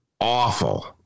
awful